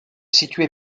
située